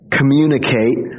Communicate